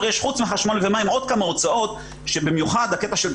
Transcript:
בבית ספר,